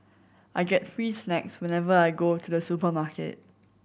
I get free snacks whenever I go to the supermarket